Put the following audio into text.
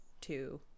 two